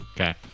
Okay